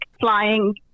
flying